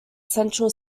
central